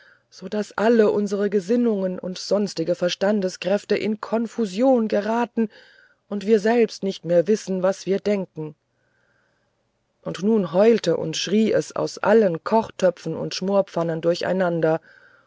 so daß alle unsere gesinnungen und sonstige verstandeskräfte in konfusion geraten und wir selbst nicht mehr wissen was wir denken und nun heulte und schrie es aus allen kochtöpfen und schmorpfannen durcheinander